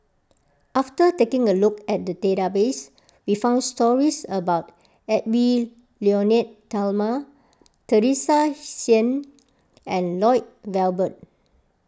after taking a look at the database we found stories about Edwy Lyonet Talma Teresa and Lloyd Valberg